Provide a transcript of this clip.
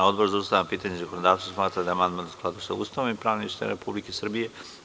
Odbor za ustavna pitanja i zakonodavstvo smatra da je amandman u skladu sa Ustavom i pravnim sistemom Republike Srbije.